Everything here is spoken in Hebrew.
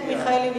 חבר הכנסת מיכאלי,